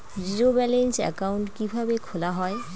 Zero balance account কিভাবে খোলা হয়?